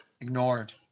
ignored